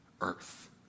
earth